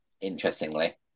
interestingly